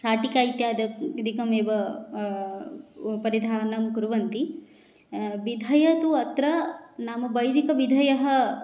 शाटिका इत्यादिकमेव परिधानं कुर्वन्ति विधयः तु अत्र नाम वैदिकविधयः